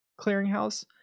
clearinghouse